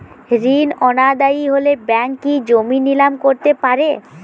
ঋণ অনাদায়ি হলে ব্যাঙ্ক কি জমি নিলাম করতে পারে?